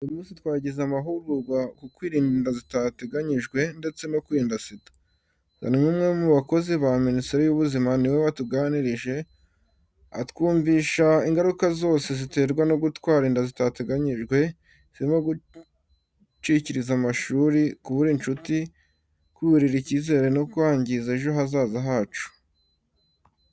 Uyu munsi twagize amahugurwa ku kwirinda inda zitateganyijwe, ndetse no kwirinda SIDA. Zaninka, umwe mu bakozi ba Minisiteri y’Ubuzima, ni we watuganirije, atwumvisha ingaruka zose ziterwa no gutwara inda zitateganyijwe, zirimo gucikiriza amashuri, kubura inshuti, kwiburira icyizere no kwangiza ejo hazaza hacu.